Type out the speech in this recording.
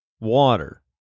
water